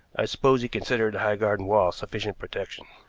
i suppose he considered the high garden wall sufficient protection.